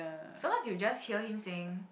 sometimes you just hear him saying